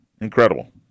Incredible